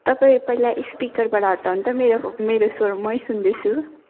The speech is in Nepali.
तपाईँ पहिला स्पिकरबाट हटाउनु त मेरो मेरो स्वर म सुन्दैछु